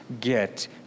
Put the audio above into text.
get